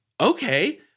okay